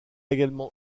également